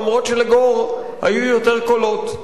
אף-על-פי שלגור היו יותר קולות.